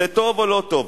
זה טוב או לא טוב?